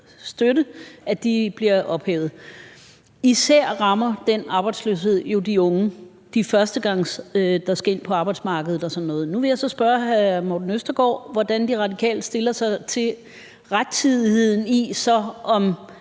støtte, bliver ophævet. Arbejdsløsheden rammer jo især de unge, der for første gang skal ind på arbejdsmarkedet og sådan noget. Nu vil jeg så spørge hr. Morten Østergaard, hvordan De Radikale stiller sig til rettidigheden i om